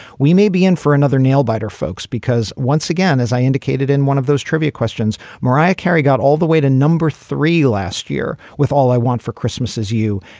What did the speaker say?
we may be in for another nail biter, folks, because once again, as i indicated in one of those trivia questions, mariah carey got all the way to number three last year with all i want for christmas is you.